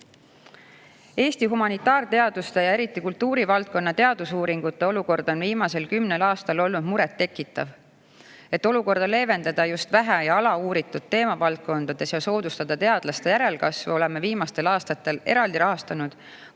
humanitaarteaduste ja eriti kultuurivaldkonna teadusuuringute olukord on viimasel kümnel aastal olnud muret tekitav. Et olukorda leevendada just vähe‑ ja alauuritud teemavaldkondades ja soodustada teadlaste järelkasvu, oleme viimastel aastatel eraldi rahastanud